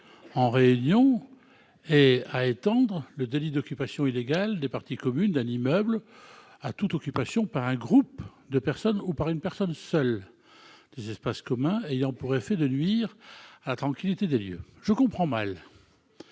en réunion » et d'étendre le délit d'occupation illégale des parties communes d'un immeuble à toute occupation par un groupe de personnes ou par une personne seule des espaces communs ayant pour effet de nuire à la tranquillité des lieux. Je comprends mal